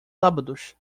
sábados